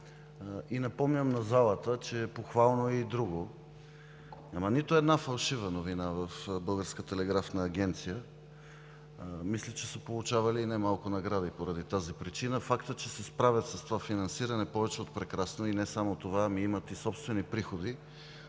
Напомням на залата, че е похвално и друго – няма нито една фалшива новина в Българската телеграфна агенция и мисля, че са получавали немалко награди поради тази причина. Фактът, че се справят с това финансиране е повече от прекрасно и не само това, ами имат и собствени приходи,